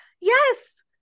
yes